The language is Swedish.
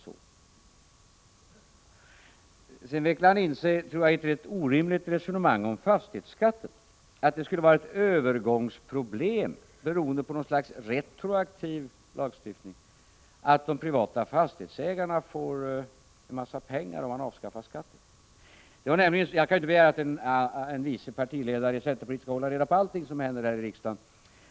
Sedan vecklade han in sig i ett rätt orimligt resonemang om fastighetsskatten. Han sade att det skulle vara fråga om ett övergångsproblem, beroende på något slags retroaktiv lagstiftning, att de privata fastighetsägarna får en massa pengar, om denna skatt avskaffas. Jag kan inte begära att en vice partiledare i centerpartiet skall hålla reda på allting som händer här i riksdagen.